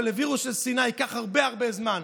אבל לווירוס השנאה ייקח הרבה הרבה זמן.